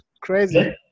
crazy